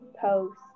post